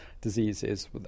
diseases